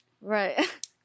Right